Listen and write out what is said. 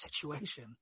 situation